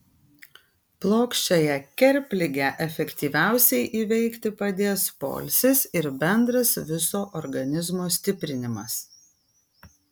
plokščiąją kerpligę efektyviausiai įveikti padės poilsis ir bendras viso organizmo stiprinimas